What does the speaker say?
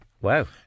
Wow